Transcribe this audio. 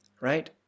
right